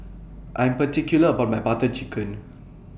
I Am particular about My Butter Chicken